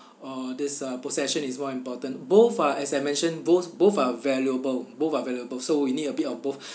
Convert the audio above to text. or this uh possession is one important both are as I mentioned both both are valuable both are valuable so you need a bit of both